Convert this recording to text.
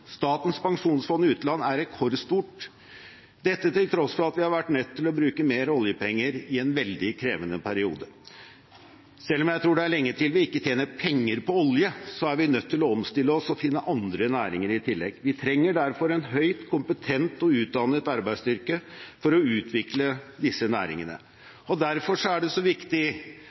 Statens pensjonsfond utland er rekordstort – dette til tross for at vi har vært nødt til å bruke mer oljepenger i en veldig krevende periode. Selv om jeg tror det er lenge til vi ikke tjener penger på olje, er vi nødt til å omstille oss og finne andre næringer i tillegg. Vi trenger derfor en høyt kompetent og utdannet arbeidsstyrke for å utvikle disse næringene. Derfor er det så viktig